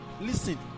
Listen